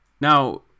now